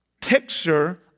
picture